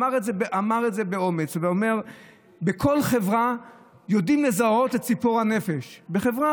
אמר את זה באומץ: בכל חברה יודעים לזהות את ציפור הנפש בחברה.